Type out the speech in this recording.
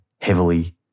heavily